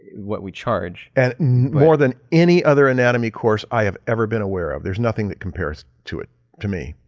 what we charge. marshall and more than any other anatomy course i have ever been aware of. there's nothing that compares to it to me.